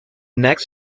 next